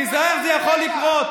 תיזהר, זה יכול לקרות.